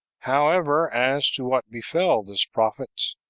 however, as to what befell this prophet,